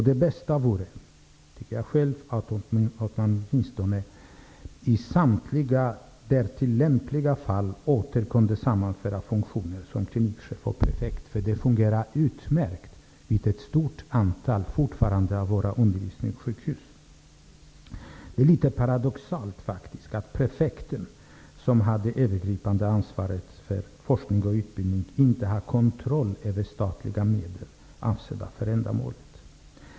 Det bästa vore, tycker jag själv, att man i samtliga därtill lämpliga fall åter kunde sammanföra funktioner som klinikchef och prefekt, för det fungerar fortfarande utmärkt vid ett stort antal av våra undervisningssjukhus. Det är litet paradoxalt att prefekten, som har det övergripande ansvaret för forskning och utbildning, inte har kontroll över statliga medel, avsedda för ändamålet.